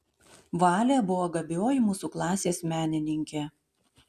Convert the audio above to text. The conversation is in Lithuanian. valė buvo gabioji mūsų klasės menininkė